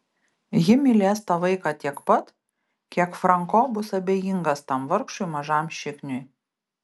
ji mylės tą vaiką tiek pat kiek franko bus abejingas tam vargšui mažam šikniui